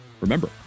Remember